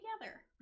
together